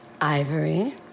Ivory